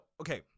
okay